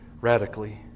radically